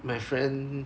my friend